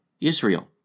Israel